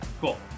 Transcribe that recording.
cool